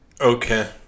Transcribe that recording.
Okay